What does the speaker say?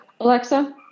Alexa